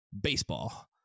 baseball